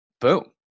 Boom